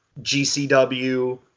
GCW